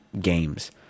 games